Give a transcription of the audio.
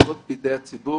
מוחזקות בידי הציבור.